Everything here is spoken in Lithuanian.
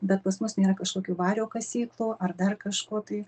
bet pas mus nėra kažkokių vario kasyklų ar dar kažko tai